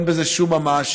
אין בזה שום ממש.